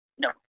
no